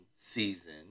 season